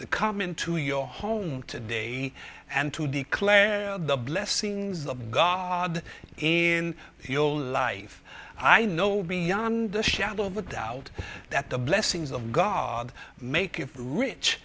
to come into your home to day and to declare the blessings of god in your life i know beyond a shadow of a doubt that the blessings of god make you rich